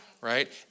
right